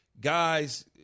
guys –